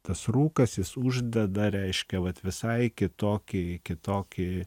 tas rūkas jis uždeda reiškia vat visai kitokį kitokį